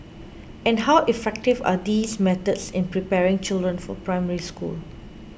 and how effective are these methods in preparing children for Primary School